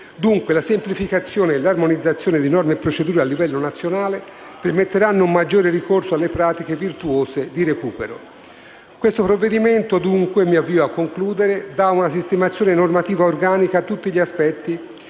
Dunque, la semplificazione e l'armonizzazione di norme e procedure a livello nazionale permetteranno un maggiore ricorso alle pratiche virtuose di recupero. Mi avvio a concludere. Il provvedimento in esame dà una sistemazione normativa organica a tutti gli aspetti